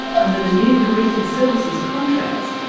under the new corrective services contracts,